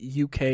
UK